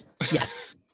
Yes